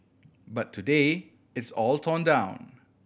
but today it's all torn down